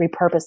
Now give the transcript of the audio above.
repurpose